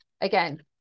Again